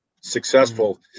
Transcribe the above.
successful